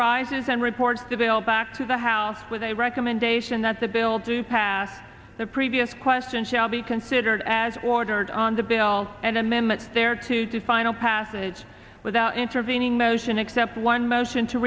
rises and reports detail back to the house with a recommendation that the bill to pass the previous question shall be considered as ordered on the bill and amendment there to do final passage without intervening motion except one motion to